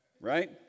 right